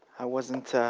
i wasn't